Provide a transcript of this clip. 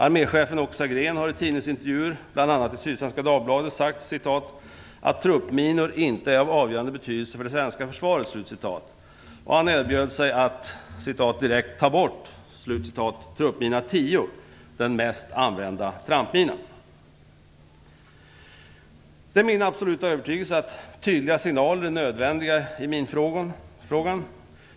Arméchefen Åke Sagrén har i tidningsintervjuer, bl.a. i Sydsvenska Dagbladet, sagt "att truppminor inte är av avgörande betydelse för det svenska försvaret", och han erbjöd sig att "direkt ta bort" truppmina Det är min absoluta övertygelse att tydliga signaler är nödvändiga i minfrågan.